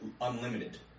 unlimited